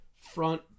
front